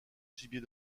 gibier